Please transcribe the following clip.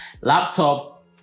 laptop